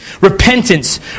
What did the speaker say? Repentance